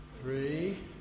three